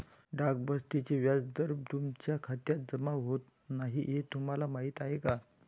डाक बचतीचे व्याज दरमहा तुमच्या खात्यात जमा होत नाही हे तुम्हाला माहीत आहे का?